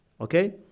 Okay